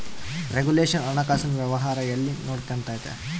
regulation ಹಣಕಾಸಿನ ವ್ಯವಹಾರ ಎಲ್ಲ ನೊಡ್ಕೆಂತತೆ